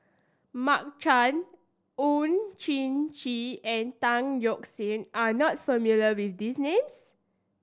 Mark Chan Oon Jin Gee and Tan Yeok Seong are not familiar with these names